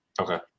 Okay